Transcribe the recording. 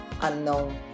unknown